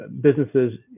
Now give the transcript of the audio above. businesses